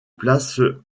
places